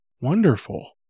Wonderful